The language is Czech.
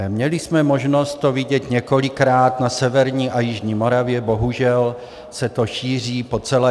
Měli jsme možnost to vidět několikrát na severní a jižní Moravě, bohužel se to šíří po celé ČR.